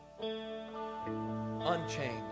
unchained